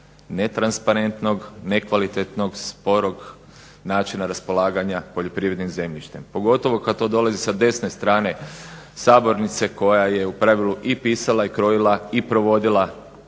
netransparentnog, nekvalitetnog, sporog načina raspolaganja poljoprivrednim zemljištem. Pogotovo kad to dolazi sa desne strane sabornice koja je u pravilu i pisala i krojila i provodila